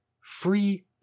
Free